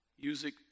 music